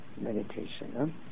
meditation